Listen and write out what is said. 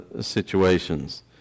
situations